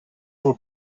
were